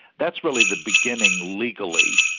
that's really the beginning, legally,